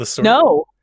No